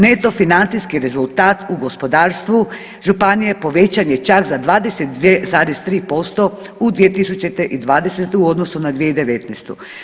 Neto financijski rezultat u gospodarstvu županije povećan je čak za 22,3% u 2020. u odnosu na 2019.